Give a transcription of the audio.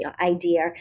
idea